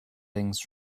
things